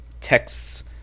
texts